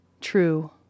true